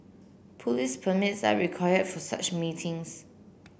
police permits are require for such meetings